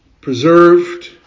preserved